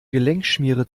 gelenkschmiere